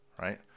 right